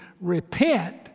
repent